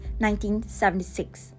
1976